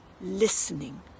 Listening